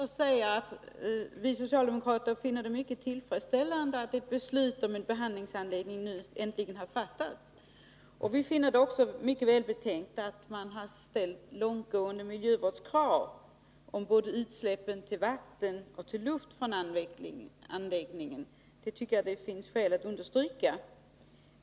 Herr talman! Vi socialdemokrater finner det mycket tillfredsställande att ett beslut om en behandlingsanläggning nu äntligen har fattats. Vi finner det också mycket välbetänkt att man har ställt långtgående miljövårdskrav när det gäller utsläppen både till vatten och till luft från anläggningen. Det tycker jag det finns skäl att understryka.